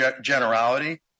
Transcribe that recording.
generality